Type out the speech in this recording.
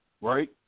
right